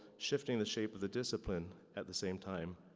shifting the shape of the discipline at the same time.